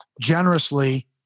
generously